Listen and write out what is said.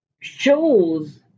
shows